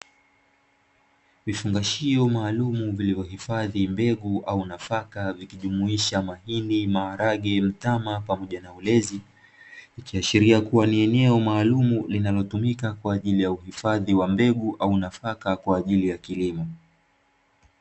Vifungashio maalumu vilivyohifadhi mbegu au nafaka, vikijumuisha: mahindi, maharage, mtama pamoja na ulezi, ikiashiria kuwa ni eneo maalumu linalotumika kwa ajili ya uhifadhi wa mbegu au nafaka kwa ajili ya kilimo.